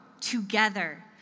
together